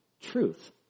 truth